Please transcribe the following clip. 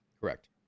Correct